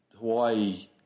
Hawaii